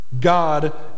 God